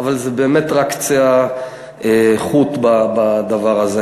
אבל זה באמת רק קצה החוט בדבר הזה.